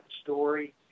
story